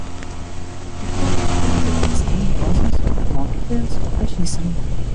puslapiai užpildyti rūpestinga rozos mokytojos rašysena